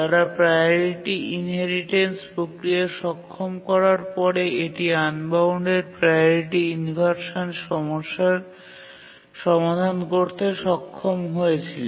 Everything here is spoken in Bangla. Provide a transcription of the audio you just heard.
তারা প্রাওরিটি ইনহেরিটেন্স প্রক্রিয়া সক্ষম করার পরে এটি আনবাউন্ডেড প্রাওরিটি ইনভারসান সমস্যার সমাধান করতে সক্ষম হয়েছিল